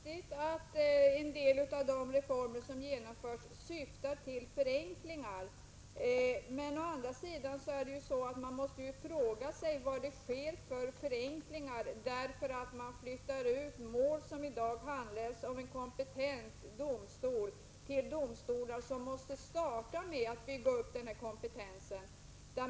Herr talman! Det är riktigt att en del av de reformer som genomförs syftar till förenklingar. Men vilka förenklingar uppnås genom att man flyttar ut mål som i dag handläggs av en kompetent domstol till domstolar som måste starta med att bygga upp denna kompetens?